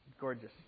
Gorgeous